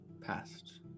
past